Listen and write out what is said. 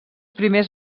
primers